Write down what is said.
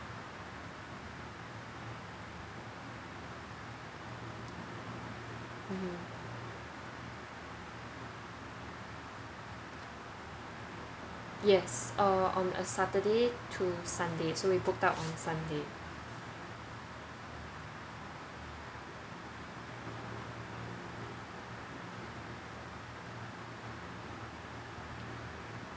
mmhmm yes uh on a saturday to sunday so we booked out on sunday